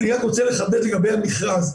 אני רק רוצה לחדד לגבי המכרז.